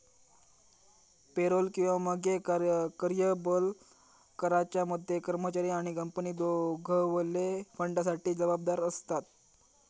payroll किंवा मगे कर्यबल कराच्या मध्ये कर्मचारी आणि कंपनी दोघवले फंडासाठी जबाबदार आसत